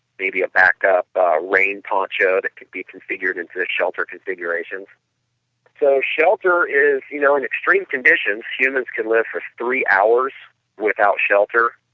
maybe a backup rain poncho that could be configured into a shelter configurations so shelter is, you know, in extreme conditions humans can live for three hours without shelter,